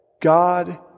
God